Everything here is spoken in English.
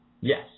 Yes